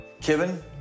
Kevin